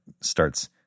starts